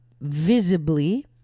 visibly